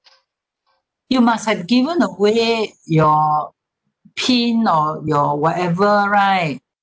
you must have given away your pin or your whatever right